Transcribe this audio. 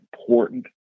important